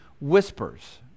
whispers